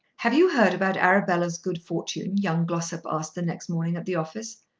have you heard about arabella's good fortune? young glossop asked the next morning at the office.